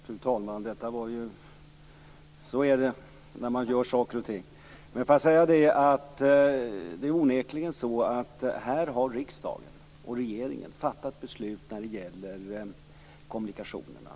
Fru talman! Ja, så är det när man gör saker och ting. Men jag får säga att det onekligen är så att riksdagen och regeringen har fattat beslut när det gäller kommunikationerna.